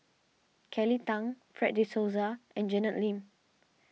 Kelly Tang Fred De Souza and Janet Lim